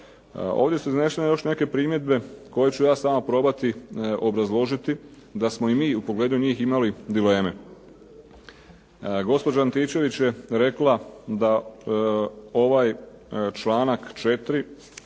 Ovdje su iznesene još neke primjedbe koje ću ja s vama probati obrazložiti da smo i mi u pogledu njih imali dileme. Gospođa Antičević je rekla da ovaj članak 4.